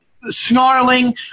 snarling